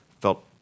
felt